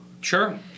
Sure